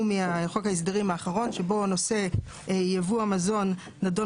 מחוק ההסדרים האחרון שבו נושא ייבוא המזון נדון